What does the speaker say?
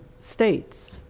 states